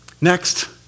Next